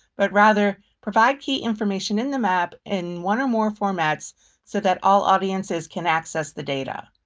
but rather provide key information in the map in one or more formats so that all audiences can access the data.